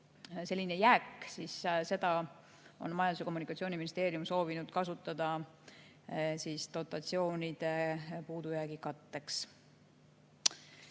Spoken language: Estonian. selline jääk, siis seda on Majandus‑ ja Kommunikatsiooniministeerium soovinud kasutada dotatsioonide puudujäägi katteks.